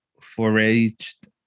foraged